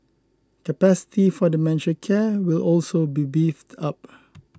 capacity for dementia care will also be beefed up